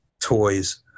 toys